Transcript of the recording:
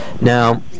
Now